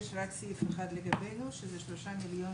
יש רק סעיף אחד לגבינו וזה שלושה מיליון